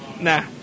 Nah